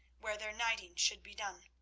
where their knighting should be done.